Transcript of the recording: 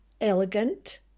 elegant